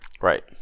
Right